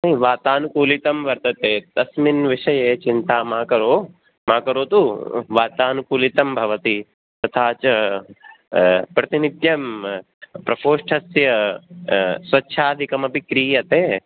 वातानुकूलितं वर्तते तस्मिन् विषये चिन्ता मा कुरु मा करोतु वातानुकूलितं भवति तथा च प्रतिनित्यं प्रकोष्ठस्य स्वच्छादिकमपि क्रियते